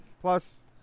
Plus